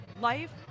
Life